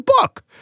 book